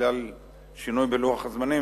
בגלל שינוי בלוח הזמנים,